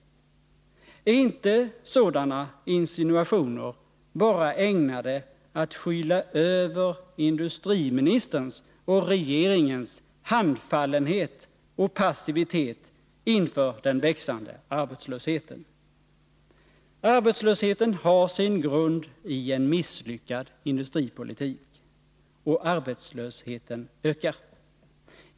Är inte sådana insinuationer bara ägnade att skyla över industriministerns och regeringens handfallenhet och passivitet inför den växande arbetslösheten? Arbetslösheten har sin grund i en misslyckad industripolitik. Och arbetslösheten ökar.